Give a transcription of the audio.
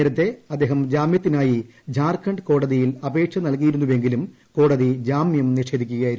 നേരത്തെ അദ്ദേഹം ജാമ്യത്തിനായി ജാർഖണ്ഡ് ഹൈക്കോടതിയിൽ അപേക്ഷ നൽകിയിരുന്നെങ്കിലും കോടതി ജാമ്യം നിഷേധിക്കുകയായിരുന്നു